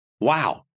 Wow